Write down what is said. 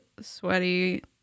sweaty